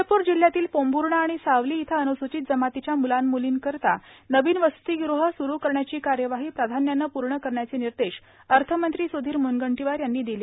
चंद्रपूर जिल्हयातील पोंभुर्णा आणि सावली इथं अनुसुचित जमातीच्या मुलां मुलींकरिता नवीन वसतिगृह सुरु करण्याची कार्यवाही प्राधान्याने पूर्ण करण्याचे निर्देश अर्थमंत्री सुधीर मुनगंटीवार यांनी दिले